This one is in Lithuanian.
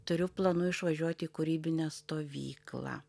turiu planų išvažiuoti kūrybinę stovyklą